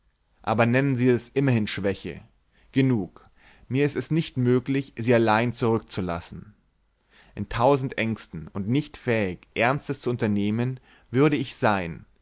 aber nennen sie es immerhin schwäche genug mir ist es nicht möglich sie allein zurückzulassen in tausend ängsten und nicht fähig ernstes zu unternehmen würde ich sein